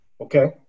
okay